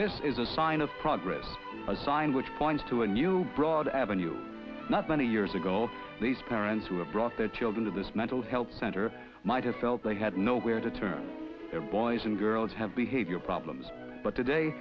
this is a sign of progress a sign which points to a new broad avenue not many years ago all these parents who were brought their children to this mental health center might have felt they had nowhere to turn their boys and girls have behavior problems but today